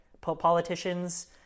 Politicians